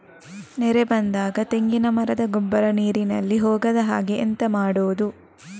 ನೆರೆ ಬಂದಾಗ ತೆಂಗಿನ ಮರದ ಗೊಬ್ಬರ ನೀರಿನಲ್ಲಿ ಹೋಗದ ಹಾಗೆ ಎಂತ ಮಾಡೋದು?